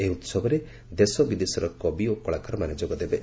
ଏହି ଉତ୍ସବରେ ଦେଶ ବିଦେଶରେ କବି ଓ କଳାକାର ମାନେ ଯୋଗଦେବେ